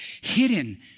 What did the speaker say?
hidden